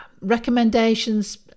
recommendations